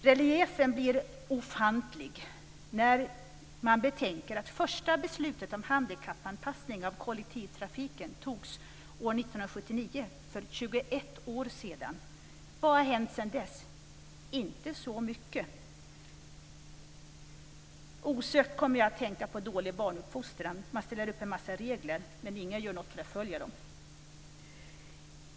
Reliefen blir ofantlig när man betänker att första beslutet om handikappanpassning av kollektivtrafiken fattades år 1979 - för 21 år sedan. Vad har hänt sedan dess? Inte så mycket. Osökt kommer jag att tänka på dålig barnuppfostran. Man ställer upp en massa regler, men ingen gör något för att följa dem.